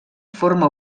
forma